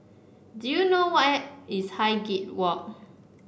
do you know where is Highgate Walk